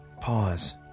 pause